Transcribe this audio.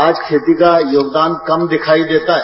आज खेती का योगदान कम दिखाई देता है